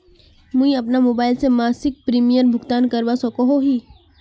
मुई अपना मोबाईल से मासिक प्रीमियमेर भुगतान करवा सकोहो ही?